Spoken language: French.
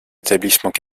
établissement